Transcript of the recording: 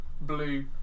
blue